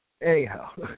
Anyhow